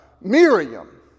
Miriam